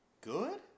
Good